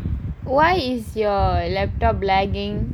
why is your laptop lagging